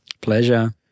Pleasure